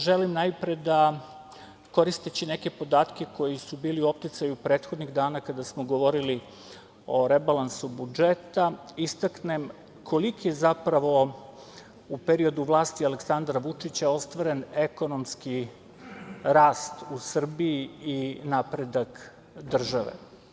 Želim najpre da, koristeći neke podatke koji su bili u opticaju prethodnih dana kada samo govorili o rebalansu budžeta, istaknem koliki je zapravo u periodu vlasti Aleksandra Vučića ostvaren ekonomski rast u Srbiji i napredak države.